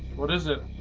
what is it